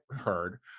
heard